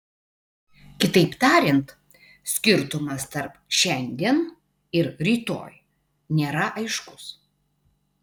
kitaip tariant skirtumas tarp šiandien ir rytoj nėra aiškus